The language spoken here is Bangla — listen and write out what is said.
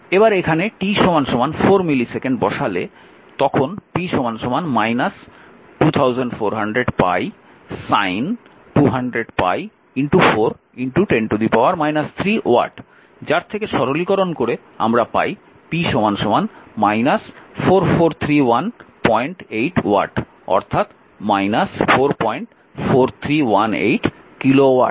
এবার এখানে t 4 মিলিসেকেন্ড বসালে তখন p 2400π sin 200π 410 3 ওয়াট যার থেকে সরলীকরণ করে আমরা পাই p 44318 ওয়াট অর্থাৎ 44318 কিলোওয়াট